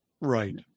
right